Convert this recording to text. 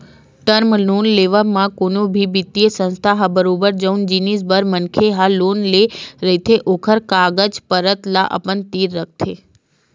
term loan लेवब म कोनो भी बित्तीय संस्था ह बरोबर जउन जिनिस बर मनखे ह लोन ले रहिथे ओखर कागज पतर ल अपन तीर राखथे